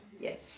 Yes